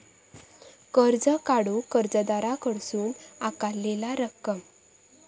कर्ज काढूक कर्जदाराकडसून आकारलेला रक्कम